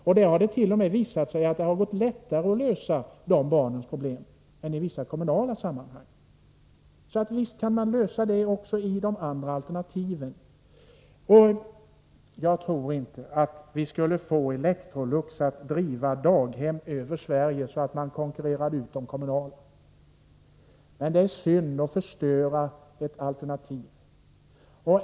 Och där har det t.o.m. visat sig att det har gått lättare att lösa de barnens problem än i vissa kommunala sammanhang. Så visst kan man lösa den här frågan i alternativens former! Jag tror inte att vi skulle få Electrolux att driva daghem över hela Sverige, så att man konkurrerade ut de kommunala daghemmen. Men det är synd att förstöra ett alternativ.